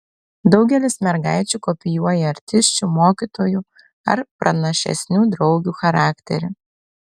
daugelis mergaičių kopijuoja artisčių mokytojų ar pranašesnių draugių charakterį